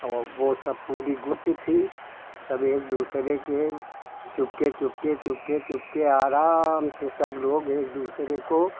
और वह सब पूरी गुट्टी थी सब एक दूसरे के चुप्पे चुप्पे चुप्पे चुप्पे आराम से सब लोग एक दूसरे को